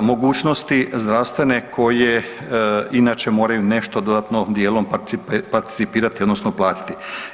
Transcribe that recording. mogućnosti zdravstvene koje inače moraju nešto dodatno dijelom participirati, odnosno platit.